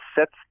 sets